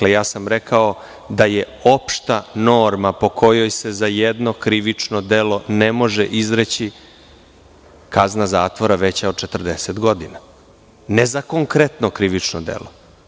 Rekao sam da je opšta norma po kojoj se za jedno krivično delo ne može izreći kazna zatvora veća od 40 godina, ne za konkretno krivično delo.